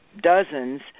dozens